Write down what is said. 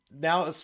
Now